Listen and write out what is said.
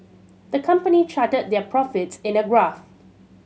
the company charted their profits in a graph